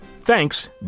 Thanks